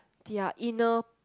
their inner